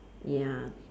ya